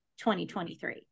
2023